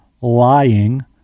lying